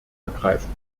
ergreifen